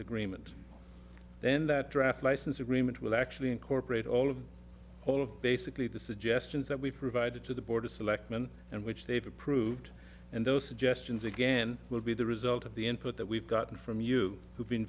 agreement then that draft license agreement will actually incorporate all of all of basically the suggestions that we've provided to the board of selectmen and which they've approved and those suggestions again will be the result of the input that we've gotten from you who've been